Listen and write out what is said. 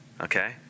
okay